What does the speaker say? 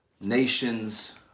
nations